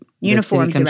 Uniform